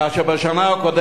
כאשר בשנה הקודמת,